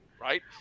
right